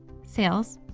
sales,